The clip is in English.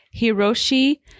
Hiroshi